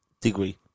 degree